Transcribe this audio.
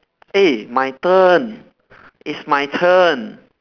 eh my turn it's my turn